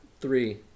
Three